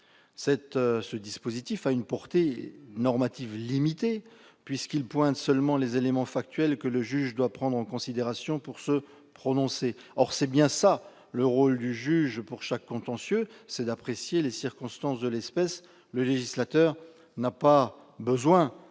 Ce dispositif a une portée normative limitée, puisqu'il pointe seulement les éléments factuels que le juge doit prendre en considération pour se prononcer. Or c'est bien le rôle du juge que d'apprécier, pour chaque contentieux, les circonstances de l'espèce. Le législateur n'a, je le